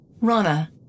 Rana